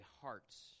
heart's